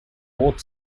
award